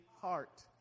heart